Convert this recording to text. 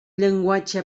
llenguatge